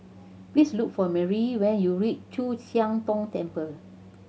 please look for Merrie when you reach Chu Siang Tong Temple